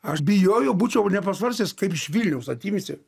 aš bijojau būčiau nepasvarstęs kaip iš vilniaus atimsi